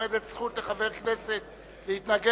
עומדת זכות לחבר הכנסת להתנגד,